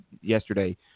yesterday